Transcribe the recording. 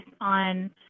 on